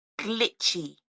glitchy